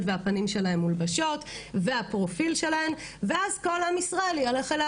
והפנים שלהן מולבשות והפרופיל שלהן ואז כל עם ישראל יילך אליה